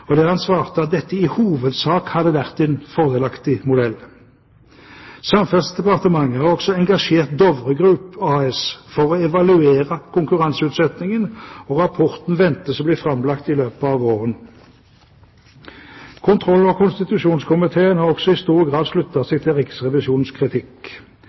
på, der han svarte at dette i hovedsak hadde vært en fordelaktig modell. Samferdselsdepartementet har også engasjert Dovre Group AS for å evaluere konkurranseutsettingen, og rapporten ventes å bli framlagt i løpet av våren. Kontroll- og konstitusjonskomiteen har også i stor grad sluttet seg til Riksrevisjonens kritikk.